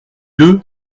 deux